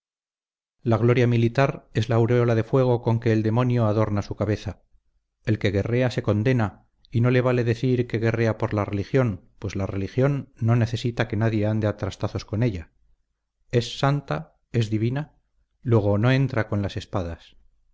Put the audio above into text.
la gloria militar es la aureola de fuego con que el demonio adorna su cabeza el que guerrea se condena y no le vale decir que guerrea por la religión pues la religión no necesita que nadie ande a trastazos por ella es santa es divina luego no entra con las espadas